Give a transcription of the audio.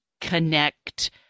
connect